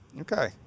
Okay